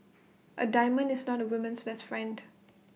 A diamond is not A woman's best friend